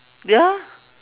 ya